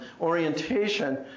Orientation